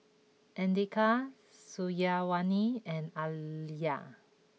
Andika Syazwani and Alya